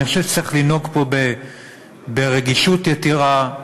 אני חושב שצריך לנהוג פה ברגישות יתרה,